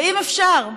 ואם אפשר,